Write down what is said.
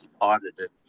audited